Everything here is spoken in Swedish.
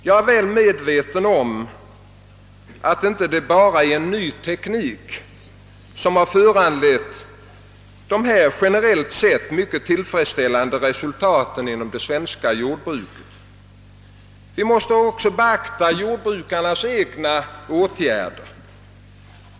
Jag är väl medveten om att det inte bara är en ny teknik som har föranlett dessa ger nerellt sett mycket tillfredsställande resultat inom det svenska jordbruket; vi måste också beakta jordbrukarnas egna åtgärder.